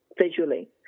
visually